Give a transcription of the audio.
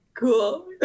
cool